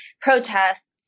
protests